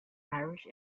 irish